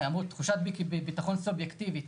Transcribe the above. אמרו תחושת ביטחון סובייקטיבית.